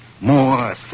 More